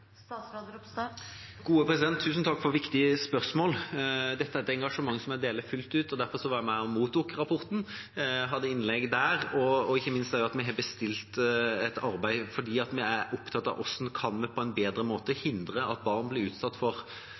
Tusen takk for viktige spørsmål. Dette er et engasjement som jeg deler fullt ut. Derfor var jeg med og mottok rapporten og hadde innlegg der. Ikke minst har vi bestilt et arbeid fordi vi er opptatt av hvordan vi på en bedre måte kan hindre at barn blir utsatt for